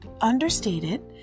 understated